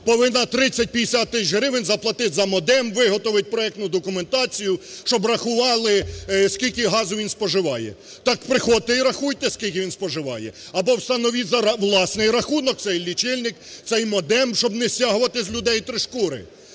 повинна 30-50 тисяч гривень заплатити за модем, виготовити проектну документацію, щоб рахували, скільки газу він споживає. Так приходьте і рахуйте, скільки він споживає, або встановіть за власний рахунок цей і лічильник, цей і модем, щоб не стягувати з людей три шкури.